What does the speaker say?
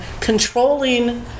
controlling